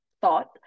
thought